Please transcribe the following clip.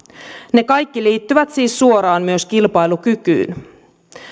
ne kaikki liittyvät siis suoraan myös kilpailukykyyn